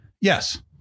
yes